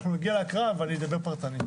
אנחנו נגיע להקראה ואני אדבר פרטנית.